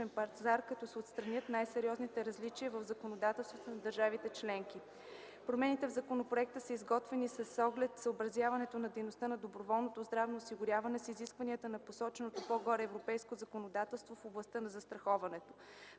пазар, като се отстранят най-сериозните различия в законодателствата на държавите членки. Промените в законопроекта са изготвени с оглед съобразяване на дейността по доброволното здравно осигуряване с изискванията на посоченото по-горе европейско законодателство в областта на застраховането.